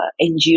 NGO